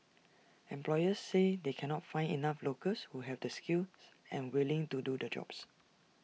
employers say they cannot find enough locals who have the skills and are willing to do the jobs